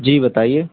جی بتائیے